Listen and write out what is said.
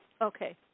Okay